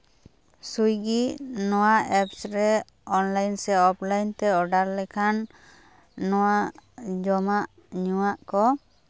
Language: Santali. ᱥᱩᱭᱜᱤ ᱱᱚᱣᱟ ᱮᱯᱥ ᱨᱮ ᱚᱱᱞᱟᱭᱤᱱ ᱥᱮ ᱚᱯᱷ ᱞᱟᱭᱤᱱ ᱛᱮ ᱚᱰᱟᱨ ᱞᱮᱠᱷᱟᱱ ᱱᱚᱣᱟ ᱡᱚᱢᱟᱜ ᱧᱩᱣᱟᱜ ᱠᱚ